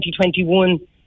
2021